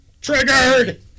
Triggered